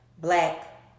black